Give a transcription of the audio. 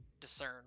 discern